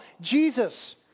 Jesus